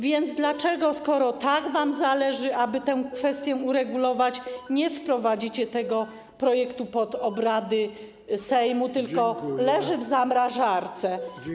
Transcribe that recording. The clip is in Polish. Więc dlaczego, skoro tak wam zależy, aby tę kwestię uregulować, nie wprowadzicie tego projektu pod obrady Sejmu, tylko leży w zamrażarce?